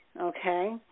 okay